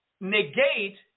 negate